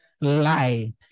lie